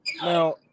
now